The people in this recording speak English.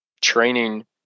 training